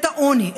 את העוני,